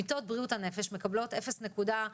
מיטות בריאות הנפש מקבלות 0.85,